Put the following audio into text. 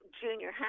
junior